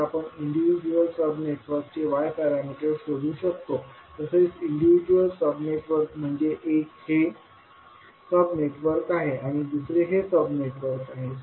तर आपण individual sub नेटवर्कचे Y पॅरामीटर्स शोधू शकतो तसेच इन्डिविजुअल सब नेटवर्क म्हणजे एक हे सब नेटवर्क आहे आणि दुसरे हे सब नेटवर्क आहे